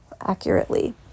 accurately